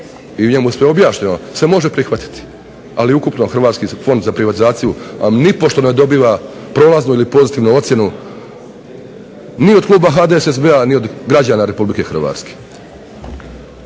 u njemu je sve objašnjeno se može prihvatiti, ali ukupno Hrvatski fond za privatizaciju vam nipošto ne dobiva prolaznu ili pozitivnu ocjenu ni od kluba HDSSB-a ni od građana RH.